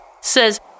Says